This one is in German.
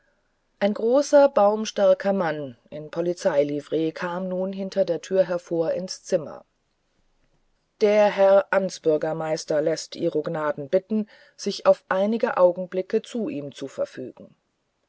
ein großer baumstarker mann in polizei livree kam nun hinter der tür hervor ins zimmer der herr amtsbürgermeister läßt ihro gnaden bitten sich auf einige augenblicke zu ihm zu verfügen